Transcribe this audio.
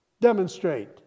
demonstrate